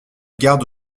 garde